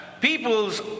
people's